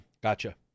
gotcha